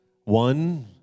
One